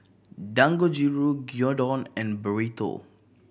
Dangojiru Gyudon and Burrito